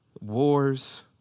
wars